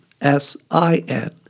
S-I-N